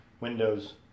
Windows